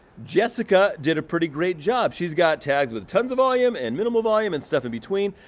jessica did a pretty great job. she's got tags with tons of volume and minimal volume and stuff in between.